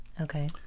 Okay